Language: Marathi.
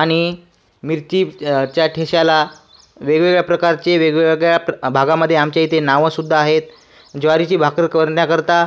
आणि मिरची च्या ठेस्याला वेगवेगळ्या प्रकारचे वेगवेगळ्या प्र भागामध्ये आमच्या इथे नावं सुद्धा आहेत ज्वारीची भाकर करण्याकरता